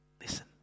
Listen